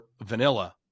vanilla